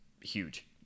huge